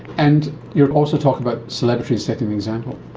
and you also talk about celebrities setting the example.